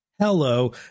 Hello